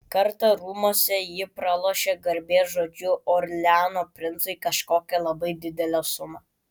kartą rūmuose ji pralošė garbės žodžiu orleano princui kažkokią labai didelę sumą